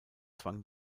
zwang